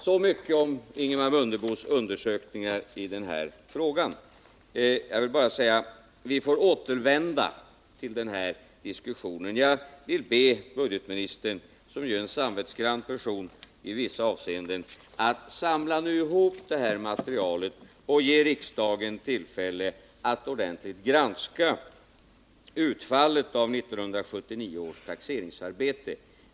Så mycket om Ingemar Mundebos undersökningar i denna fråga. Vi får återvända till den här diskussionen. Jag får be budgetministern, som ju är en samvetsgrann person i vissa avseenden: Samla ihop det här materialet och ge riksdagen tillfälle att ordentligt granska utfallet av 1979 års taxeringsarbete.